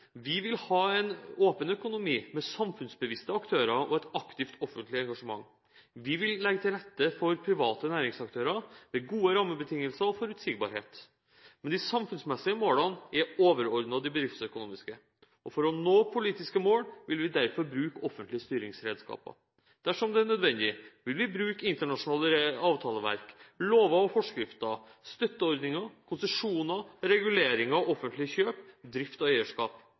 Vi vil ha en åpen økonomi med samfunnsbevisste aktører og et aktivt offentlig engasjement. Vi vil legge til rette for private næringsaktører med gode rammebetingelser og forutsigbarhet. Men de samfunnsmessige målene er overordnet de bedriftsøkonomiske. For å nå politiske mål vil vi derfor bruke offentlige styringsredskaper. Dersom det er nødvendig, vil vi bruke internasjonale avtaleverk, lover og forskrifter, støtteordninger, konsesjoner, reguleringer og offentlig kjøp, drift og eierskap.